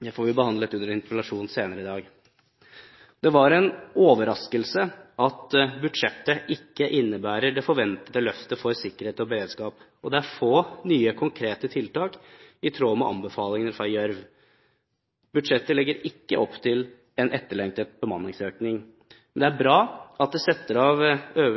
det får vi behandlet under interpellasjonen senere i dag. Det var en overraskelse at budsjettet ikke innebærer det forventede løftet for sikkerhet og beredskap, og det er få nye, konkrete tiltak som er i tråd med anbefalingene fra Gjørv. Budsjettet legger ikke opp til en etterlengtet bemanningsøkning. Det er bra at det settes av